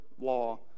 law